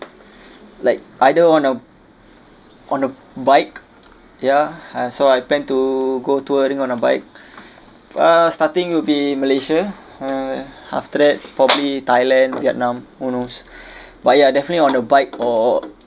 like either on a on a bike ya ah so I plan to go touring on a bike uh starting will be malaysia uh after that probably thailand vietnam who knows but ya definitely on the bike or